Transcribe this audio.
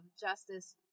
justice